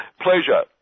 Pleasure